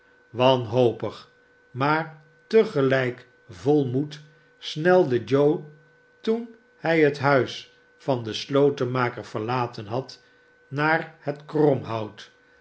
wanhopig maar te gelijk vol moed snelde joe toen hij het huis van den slotenmaker verlaten had naar het